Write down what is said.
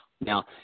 Now